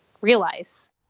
realize